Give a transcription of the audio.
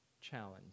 challenge